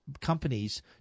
companies